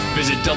visit